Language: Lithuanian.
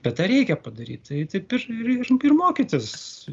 bet tą reikia padaryti tai taip ir ir mokytis